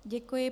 Děkuji.